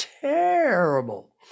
terrible